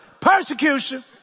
Persecution